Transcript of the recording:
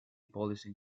policing